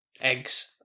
eggs